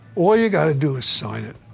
all you gotta do is sign it.